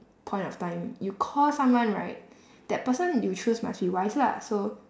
point of time you call someone right that person you choose must be wise lah so